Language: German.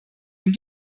ihm